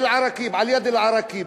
באל-עראקיב, ליד אל-עראקיב.